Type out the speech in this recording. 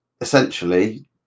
essentially